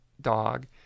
dog